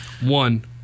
One